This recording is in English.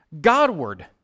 Godward